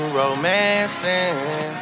romancing